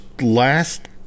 last